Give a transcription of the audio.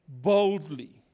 boldly